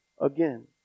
again